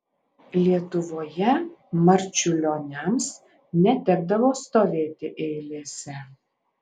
lietuvoje marčiulioniams netekdavo stovėti eilėse